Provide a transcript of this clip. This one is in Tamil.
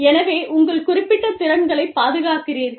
எனவே உங்கள் குறிப்பிட்ட திறன்களைப் பாதுகாக்கிறீர்கள்